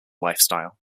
lifestyle